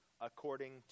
according